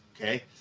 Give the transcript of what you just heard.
okay